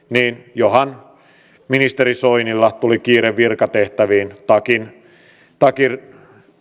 niin johan ministeri soinilla tuli kiire virkatehtäviin takin takin